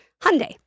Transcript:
Hyundai